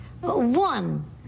One